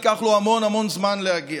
ייקח לו המון המון זמן להגיע,